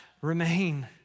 remain